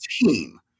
team